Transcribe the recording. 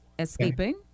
Escaping